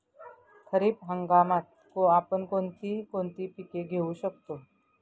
खरीप हंगामात आपण कोणती कोणती पीक घेऊ शकतो?